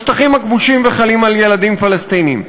בשטחים הכבושים וחלים על ילדים פלסטינים.